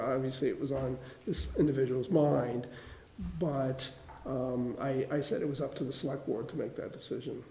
obviously it was on this individual's mind why i said it was up to the slack ward to make that decision